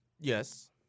Yes